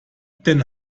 den